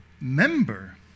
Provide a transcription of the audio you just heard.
member